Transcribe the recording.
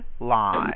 live